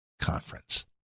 Conference